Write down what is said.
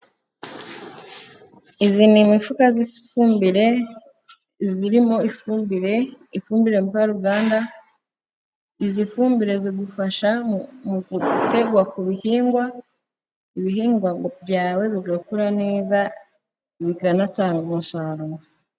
iyi ni imifuka y'ifumbire irimo ifumbire mvaruganda. Izifumbire yifashishwa mu guterwa ku bihingwa. Ibihingwa byawe bigakura neza bikanatanga umusaruro.